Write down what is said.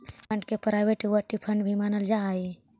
hedge fund के private equity fund भी मानल जा सकऽ हई